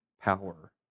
power